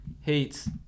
hates